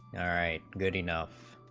a good enough